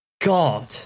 God